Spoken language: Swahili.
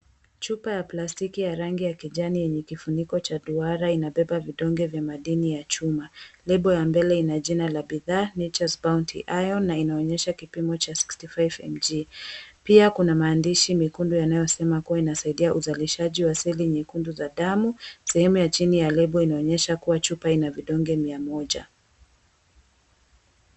Chupa ya plastiki ya rangi ya kijani yenye kifuniko cha duara inabeba vidonge vya madini ya chuma. Label ya mbele ina jina la bidhaa, Nature's Bounty Iron na inaonyesha kipimo cha 65mg. Pia kuna maandishi mekundu yanayoonyesha kuwa inasaidia uzalishaji wa seli nyekundu za damu. Sehemu ya chini ya label inaonyesha kuwa chupa ina vidonge mia moja.